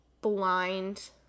blind